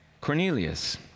Cornelius